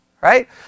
right